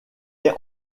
est